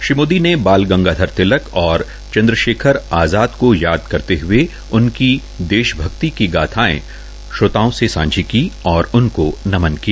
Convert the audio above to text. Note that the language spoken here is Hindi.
श्रीमोदी ने बाल गंगाधर तिलक और चंद्रशेखर आज़ाद को याद करते हुए कहा कि उनकी देश भक्ति की गाथाएं श्रोताओं से सांझी की और उनको नमन किया